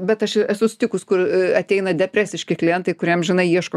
bet aš esu sutikus kur ateina depresiški klientai kurie amžinai ieško